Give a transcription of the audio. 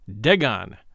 Dagon